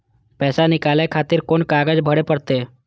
पैसा नीकाले खातिर कोन कागज भरे परतें?